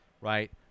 right